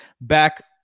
back